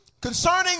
Concerning